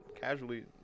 casually